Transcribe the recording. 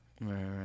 Right